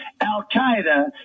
al-Qaeda